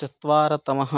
चत्वारतमः